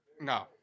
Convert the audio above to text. No